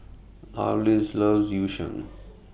Arlis loves Yu Sheng